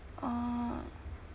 oh